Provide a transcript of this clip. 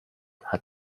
hat